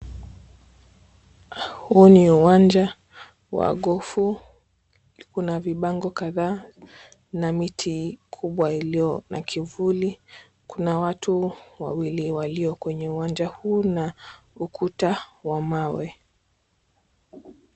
Huu ni uwanja wa gofu. Kuna vibango kadhaa na miti kubwa iliyo na kivuli. Kuna watu wawili walio kwenye uwanja huo na ukuta wa mawe.